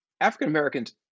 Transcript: African-Americans